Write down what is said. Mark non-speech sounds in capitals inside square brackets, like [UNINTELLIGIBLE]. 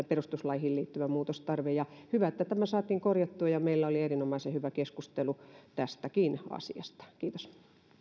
[UNINTELLIGIBLE] perustuslakiin liittyvä muutostarve hyvä että tämä saatiin korjattua ja meillä oli erinomaisen hyvä keskustelu tästäkin asiasta kiitos